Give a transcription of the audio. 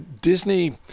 Disney